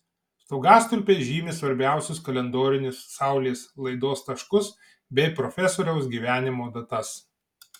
stogastulpiai žymi svarbiausius kalendorinius saulės laidos taškus bei profesoriaus gyvenimo datas